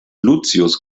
lucius